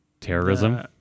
terrorism